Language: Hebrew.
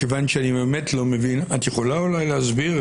כיוון שאני באמת לא מבין, את יכולה אולי להסביר?